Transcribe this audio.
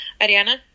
Ariana